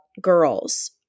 girls